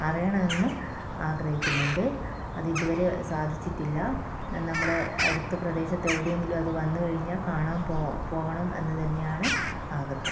അറിയണം എന്ന് ആഗ്രഹിക്കുന്നുണ്ട് അത് ഇത് വരെ സാധിച്ചിട്ടില്ല നമ്മുടെ അടുത്ത് പ്രദേശത്ത് എവിടെ എങ്കിലും അത് വന്ന് കഴിഞ്ഞാൽ കാണാൻ പോവണം എന്ന് തന്നെയാണ് ആഗ്രഹം